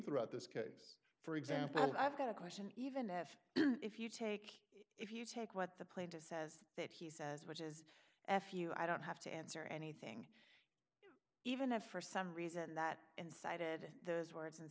throughout this case for example i've got a question even if if you take if you take what the plaintiffs says that he says which is f you i don't have to answer anything even if for some reason that incited those words and